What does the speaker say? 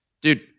Dude